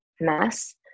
mass